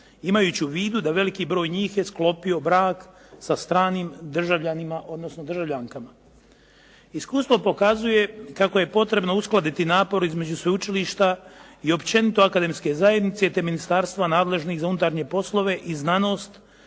imajući u vidu da veliki broj njih je sklopio brak sa stranim državljanima, odnosno državljankama. Iskustvo pokazuje kako je potrebno uskladiti napor između sveučilišta i općenito akademske zajednice te ministarstva nadležnih za unutarnje poslove i znanost